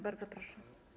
Bardzo proszę.